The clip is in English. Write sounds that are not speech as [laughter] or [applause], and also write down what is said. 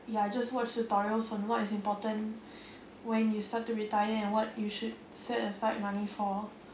ya just watch tutorials on what is important [breath] when you start to retire and what you should set aside money for